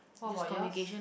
what about yours